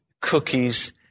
cookies